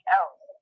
else